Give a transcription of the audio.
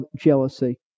jealousy